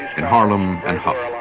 in harlem and hough,